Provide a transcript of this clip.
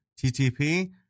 TTP